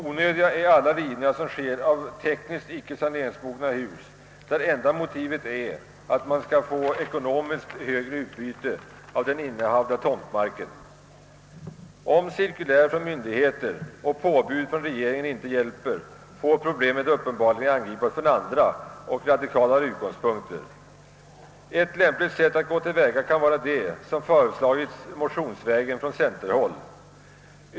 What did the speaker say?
Onödiga är alla rivningar av tekniskt icke saneringsmogna hus där enda motivet är att man vill ha större ekonomiskt utbyte av den innehavda tomtmarken. Om cirkulär från myndigheter och påbud från regeringen inte hjälper får problemet uppenbarligen angripas från andra och radikalare utgångspunkter. Ett lämpligt tillvägagångssätt kan vara det som motionsvägen föreslagits från centerhåll.